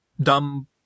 dumb